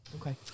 Okay